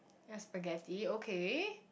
a spaghetti okay